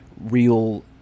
real